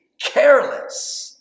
careless